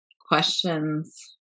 questions